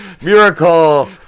miracle